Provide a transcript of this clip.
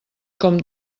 com